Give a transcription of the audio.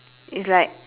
it's like